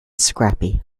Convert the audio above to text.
scrappy